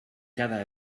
cada